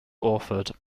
orford